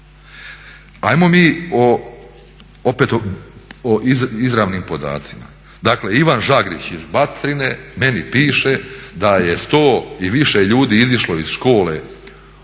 Ajmo mi o izravnim podacima. Dakle, Ivan Žagrić iz Batrine meni piše da je 100 i više ljudi izašlo iz škole